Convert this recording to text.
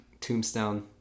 Tombstone